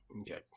Okay